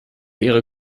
ihre